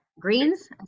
greens